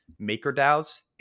MakerDAO's